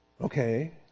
okay